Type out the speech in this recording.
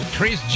Chris